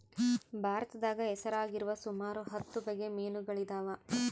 ಭಾರತದಾಗ ಹೆಸರಾಗಿರುವ ಸುಮಾರು ಹತ್ತು ಬಗೆ ಮೀನುಗಳಿದವ